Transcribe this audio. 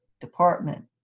department